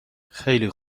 خیلی